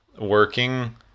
working